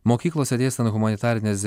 mokyklose dėstant humanitarines